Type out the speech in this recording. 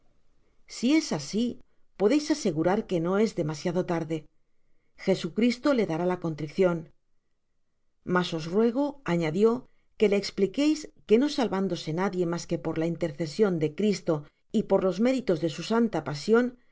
si es asi podeis asegú rar que do es demasiado tarde jesucristo le dará la contricion mas os ruego añadió que le espliqueis que no salvándose nadie mas que por la intercesion de cristo y por los méritos de su santa pasion que